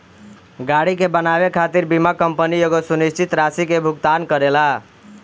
गाड़ी के बनावे खातिर बीमा कंपनी एगो सुनिश्चित राशि के भुगतान करेला